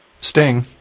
sting